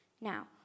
Now